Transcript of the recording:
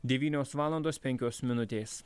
devynios valandos penkios minutės